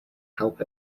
help